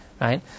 Right